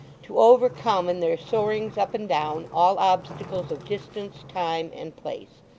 to overcome, in their soarings up and down, all obstacles of distance, time, and place.